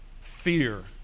fear